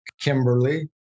Kimberly